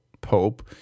pope